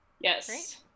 yes